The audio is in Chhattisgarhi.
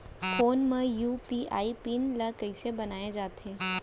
फोन म यू.पी.आई पिन ल कइसे बनाये जाथे?